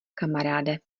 kamaráde